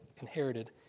inherited